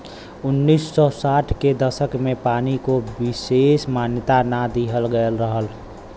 उन्नीस सौ साठ के दसक में पानी को विसेस मान्यता ना दिहल गयल रहल